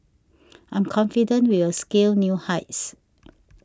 I'm confident we will scale new heights